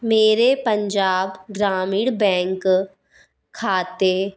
मेरे पंजाब ग्रामीण बैंक खाते